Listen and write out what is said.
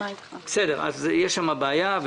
יש שם בעיה.